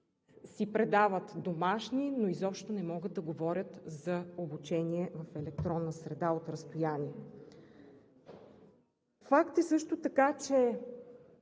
си предават домашни, но изобщо не могат да говорят за обучение в електронна среда от разстояние. Факт е също така, че